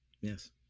Yes